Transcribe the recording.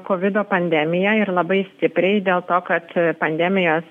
kovido pandemija ir labai stipriai dėl to kad pandemijos